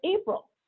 April